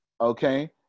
Okay